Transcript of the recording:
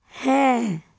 ਹੈ